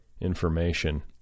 information